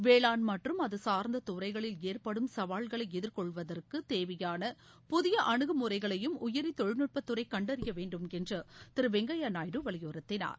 வேளாண் மற்றும் அகு சார்ந்த துறைகளில் ஏற்படும் சவால்களை எதிர்கொள்வதற்கு தேவையான புதிய அனுகுமுறைகளையும் உயிரி தொழில்நுட்பத்துறை கண்டறிய வேண்டும் என்று திரு வெங்கய்யா நாயுடு வலியுறுத்தினார்